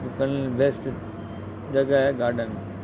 डुकण बेस्ट जॻह आहे गार्डन